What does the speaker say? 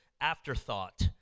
afterthought